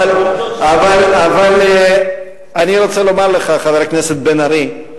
אבל צריך לכתוב שם, אבל, חבר הכנסת בן-ארי,